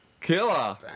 killer